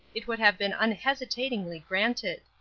it would have been unhesitatingly granted.